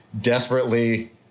desperately